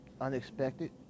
unexpected